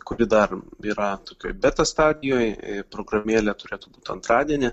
kuri dar yra tokioj beta stadijoj programėlė turėtų būt antradienį